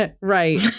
Right